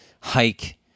hike